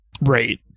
Right